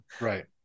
Right